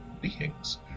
beings